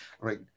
right